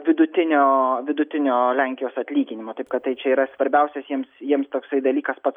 vidutinio vidutinio lenkijos atlyginimo taip kad tai čia yra svarbiausias jiems jiems toksai dalykas pats